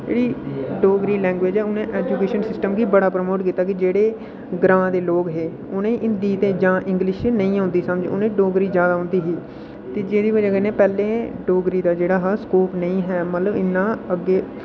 जेह्ड़ी डोगरी लैंग्वेज ऐ उ'नें ऐजुकेशन सिस्टम गी बड़ा प्रमोट कीता जेह्ड़े ग्रांऽ दे लोक हे उ'नें ई हिंदी जा इंगलिश नेईं औंदी समझ उ'नें इ डोगरी जैदा औंदी ही ते जेह्दी बजह कन्नै पैह्लें डोगरी दा जेह्ड़ा हा स्कोप नेईं हा मतलब इन्ना अग्गै